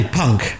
punk